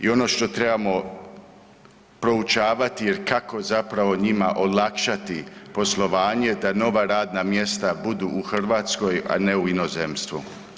I ono što trebamo proučavati, jer kako zapravo njima olakšati poslovanje da nova radna mjesta budu u Hrvatskoj, a ne u inozemstvu.